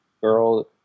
girl